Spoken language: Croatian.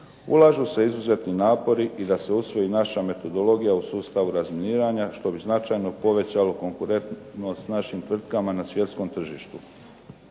Ulažu se izuzetni napori i da se usvoji naša metodologija u sustavu razminiranja što bi značajno povećalo konkurentnost našim tvrtkama na svjetskom tržištu.